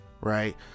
right